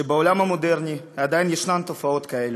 שבעולם המודרני עדיין יש תופעות כאלה.